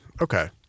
okay